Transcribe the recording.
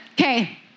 Okay